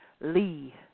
Lee